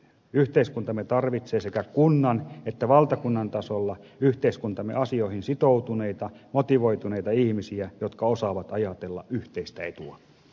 yhteiskuntamme tarvitsee sekä kunnan että valtakunnan tasolla yhteiskuntamme asioihin sitoutuneita motivoituneita ihmisiä jotka osaavat ajatella yhteistä etua